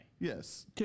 Yes